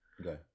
Okay